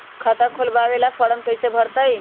खाता खोलबाबे ला फरम कैसे भरतई?